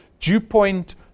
Dewpoint